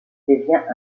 devient